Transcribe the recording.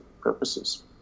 purposes